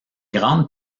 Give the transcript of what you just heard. grande